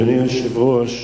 אדוני היושב-ראש,